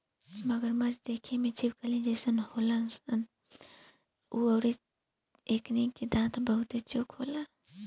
मगरमच्छ देखे में छिपकली के जइसन होलन सन अउरी एकनी के दांत बहुते चोख होला